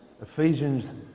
ephesians